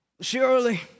Surely